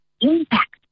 impact